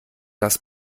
das